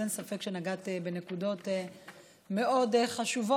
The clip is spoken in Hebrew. אז אין ספק שנגעת בנקודות מאוד חשובות